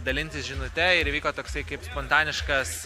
dalintis žinute ir įvyko toksai kaip spontaniškas